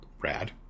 rad